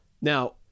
Now